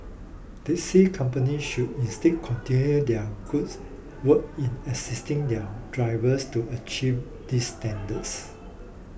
Taxi companies should instead continue their goods work in assisting their drivers to achieve these standards